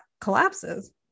collapses